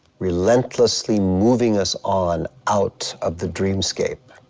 relentlessly moving us on out of the dreamscape.